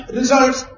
results